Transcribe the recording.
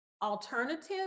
alternative